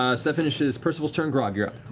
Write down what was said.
um so finishes percival's turn. grog, you're up.